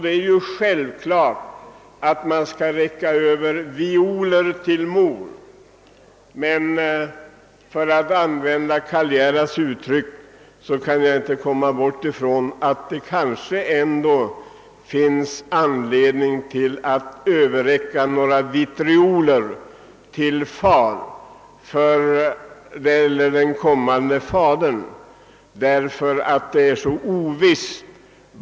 Det är självklart att man bör vara artig och räcka över violer till mor, men jag kan i likhet med Karl Gerhard inte helt frigöra mig från känslan att det kanske också kunde finnas skäl att överräcka vitrioler till far — framtiden är ju så oviss!